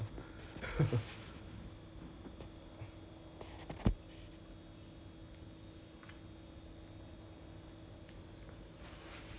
orh un~ yo~ like you you you are hoping that that amount of money could have tied you until this situation gets better then they started hiring then they start hiring people again lah